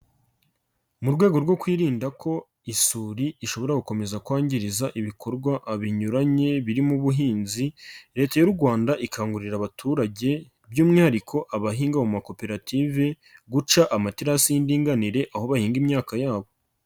Mu rwego rwo kwirinda ko isuri ishobora gukomeza kwangiza ibikorwa binyuranye birimo ubuhinzi, Leta y'u Rwanda ikangurira abaturage by'umwihariko abahinga mu makoperative, guca amaterasi y'indinganire aho bahinga imyaka yabo.